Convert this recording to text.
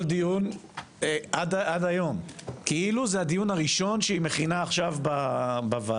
כל דיון עד היום כאילו זה הדיון הראשון שהיא מכינה עכשיו בוועדה,